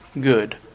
good